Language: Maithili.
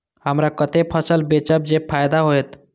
हमरा कते फसल बेचब जे फायदा होयत?